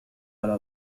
على